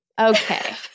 okay